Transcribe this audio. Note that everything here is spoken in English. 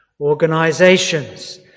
organizations